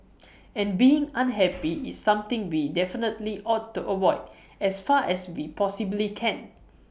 and being unhappy is something we definitely ought to avoid as far as we possibly can